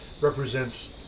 represents